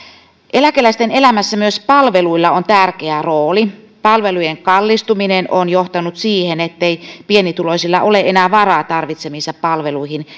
eläkeläisten elämässä myös palveluilla on tärkeä rooli palvelujen kallistuminen on johtanut siihen ettei pienituloisilla ole enää varaa tarvitsemiinsa palveluihin